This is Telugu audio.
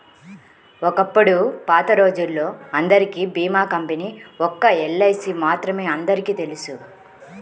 ఒకప్పుడు పాతరోజుల్లో అందరికీ భీమా కంపెనీ ఒక్క ఎల్ఐసీ మాత్రమే అందరికీ తెలుసు